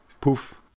poof